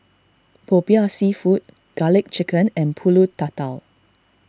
Popiah Seafood Garlic Chicken and Pulut Tatal